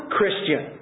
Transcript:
Christian